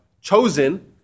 chosen